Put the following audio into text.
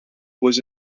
was